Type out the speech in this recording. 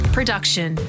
Production